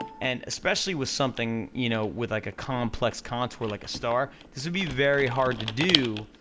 and, especially with something, you know, with like a complex contour, like a star, this would be very hard to do,